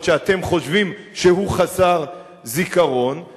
אף שאתם חושבים שהוא חסר זיכרון.